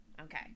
okay